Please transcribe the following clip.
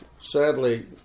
Sadly